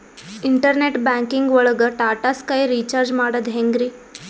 Internet banking ಒಳಗ್ Tata Sky recharge ಮಾಡದ್ ಹೆಂಗ್ರೀ?